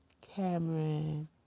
Cameron